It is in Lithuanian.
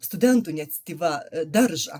studentų iniciatyva daržą